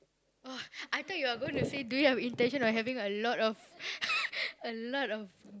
oh I thought you are gonna say do you have intention of having a lot of a lot of